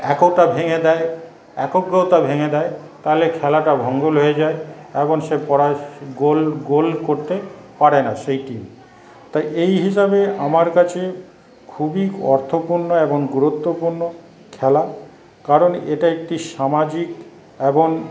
একতা ভেঙে দেয় একাগ্রতা ভেঙে দেয় তাহলে খেলাটা ভণ্ডুল হয়ে যায় এবং সে গোল গোল করতে পারেনা সেই টিম তা এই হিসাবে আমার কাছে খুবই অর্থপূর্ণ এবং গুরুত্বপূর্ণ খেলা কারণ এটা একটি সামাজিক এবং